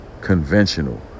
conventional